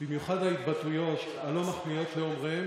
ובמיוחד ההתבטאויות הלא-מחמיאות לאומריהן,